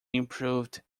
improved